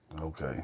Okay